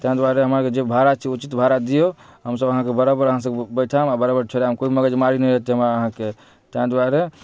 ताहि दुआरे हमरा आरके जे भाड़ा छै उचित भाड़ा दिऔ हमसब अहाँके बराबर अहाँ सबके बैठाएब आ बराबर छोड़ब कोइ मगजमारी नहि होयतै हमरा अहाँके ताहि दुआरे